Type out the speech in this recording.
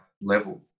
level